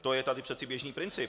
To je tady přece běžný princip.